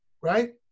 right